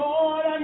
Lord